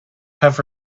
have